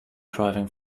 driving